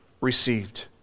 received